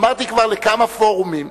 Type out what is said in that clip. אמרתי כבר לכמה פורומים: